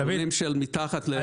יבולים של מתחת ל- -- דויד,